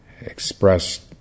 expressed